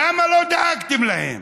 למה לא דאגתם להם?